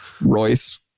Royce